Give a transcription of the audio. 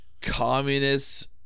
communist